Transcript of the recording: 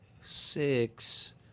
six